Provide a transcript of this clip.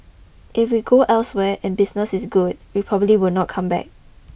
if we go elsewhere and business is good we probably will not come back